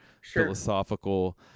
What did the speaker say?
philosophical